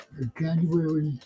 January